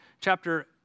chapter